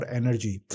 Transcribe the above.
energy